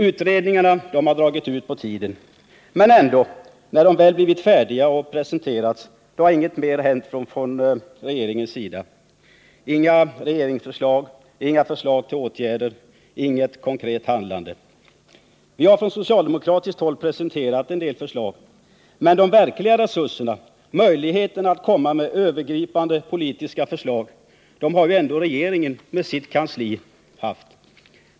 Utredningarna har dragit ut på tiden. När de väl blivit färdiga och presenterats har ingenting gjorts från regeringens sida — inga regeringsförslag till åtgärder och inget konkret handlande. Vi har på socialdemokratiskt håll presenterat en del förslag. Men de verkliga resurserna — möjligheterna att komma med övergripande politiska förslag — har ändå regeringen med sitt kansli haft.